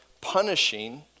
punishing